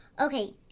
okay